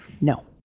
No